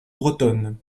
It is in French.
bretonne